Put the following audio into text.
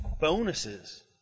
bonuses